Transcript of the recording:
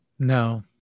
no